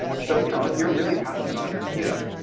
so you know, if you're really passionate about an idea.